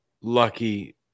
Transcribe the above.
lucky